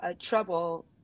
trouble